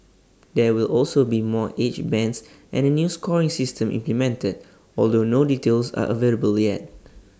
there will also be more age bands and A new scoring system implemented although no details are available yet